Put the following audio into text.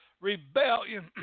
rebellion